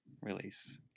release